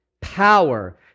power